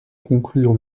conclure